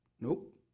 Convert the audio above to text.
nope